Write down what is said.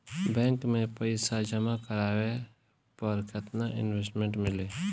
Bank में पईसा जमा करवाये पर केतना इन्टरेस्ट मिली?